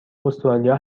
استرالیا